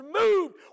moved